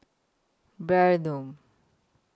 Bear noon